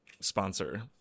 sponsor